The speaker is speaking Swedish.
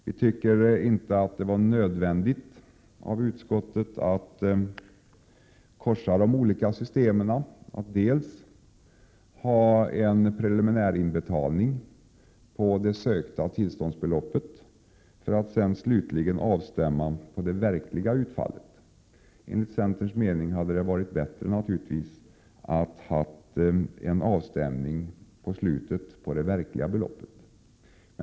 Vi tycker inte att det var nödvändigt att, som utskottet föreslår, korsa de olika systemen så att man skall göra en preliminär inbetalning på det sökta tillståndsbeloppet och sedan slutligt avstämma det mot det verkliga utfallet. Enligt centerns mening hade det varit bättre att ha en avstämning efter tillståndstidens slut mot det verkliga beloppet.